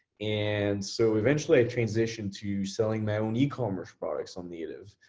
and so eventually i transitioned to selling my own ecommerce products on native.